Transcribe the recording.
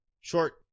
short